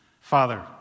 Father